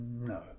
No